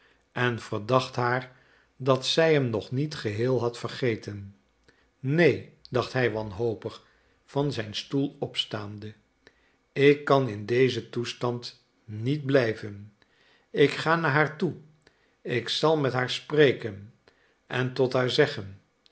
en verdacht haar dat zij hem nog niet geheel had vergeten neen dacht hij wanhopig van zijn stoel opstaande ik kan in dezen toestand niet blijven ik ga naar haar toe ik zal met haar spreken en tot haar zeggen